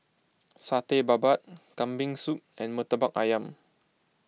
Satay Babat Kambing Soup and Murtabak Ayam